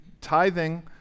tithing